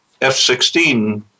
F-16